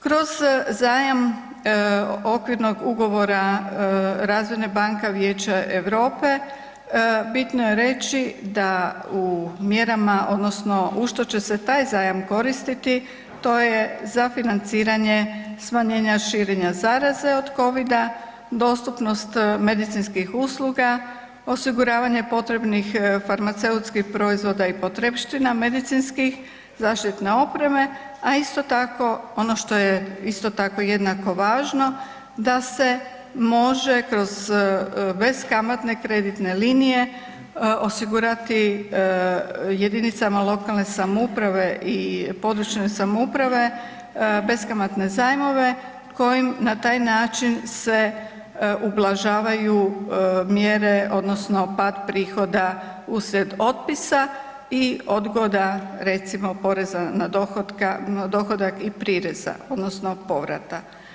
Kroz zajam okvirnog ugovora Razvojne banke Vijeća Europe bitno je reći da u mjerama odnosno u što će se taj zajam koristiti, to je za financiranje smanjenja širenja zaraze od covida, dostupnost medicinskih usluga, osiguravanje potrebnih farmaceutskih proizvoda i potrepština medicinskih zaštitne opreme, a isto tako ono što je jednako važno da se može kroz beskamatne kreditne linije osigurati jedinicama lokalne samouprave i područne samouprave beskamatne zajmove kojim na taj način se ublažavaju mjere odnosno pad prihoda uslijed otpisa i odgoda recimo poreza na dohodak i prireza odnosno povrat.